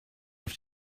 auf